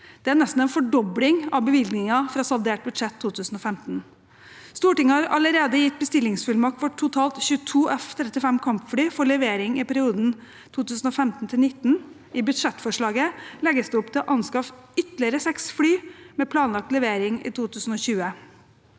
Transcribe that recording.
Det er nesten en fordobling av bevilgningen fra saldert budsjett 2015. Stortinget har allerede gitt bestillingsfullmakt for totalt 22 F-35 kampfly for levering i perioden 2015–2019. I budsjettforslaget legges det opp til anskaffelse av ytterligere seks fly med planlagt levering i 2020.